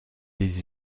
des